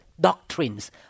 doctrines